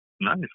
Nice